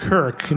Kirk